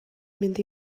mynd